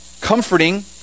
comforting